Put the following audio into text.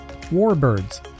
Warbirds